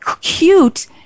cute